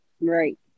Right